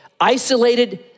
isolated